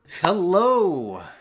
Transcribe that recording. Hello